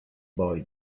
boy